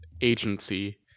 agency